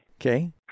Okay